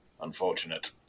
unfortunate